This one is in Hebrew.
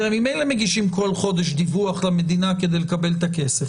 הם ממילא מגישים כל חודש דיווח למדינה כדי לקבל את הכסף,